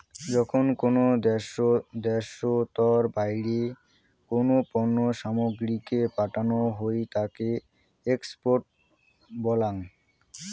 যখন কোনো দ্যাশোতর বাইরে কোনো পণ্য সামগ্রীকে পাঠানো হই তাকে এক্সপোর্ট বলাঙ